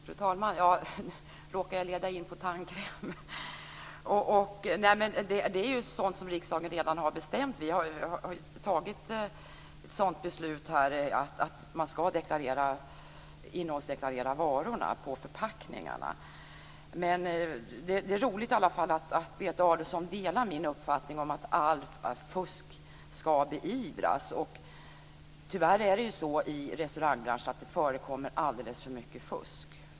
Fru talman! Ja, nu råkade jag leda in det här på tandkräm. Det är ju sådant som riksdagen redan har bestämt. Vi har ju fattat ett beslut om att man ska innehållsdeklarera varorna på förpackningarna. Det är i alla fall roligt att Berit Adolfsson delar min uppfattning om att allt fusk ska beivras. Tyvärr är det ju så i restaurangbranschen att det förekommer alldeles för mycket fusk.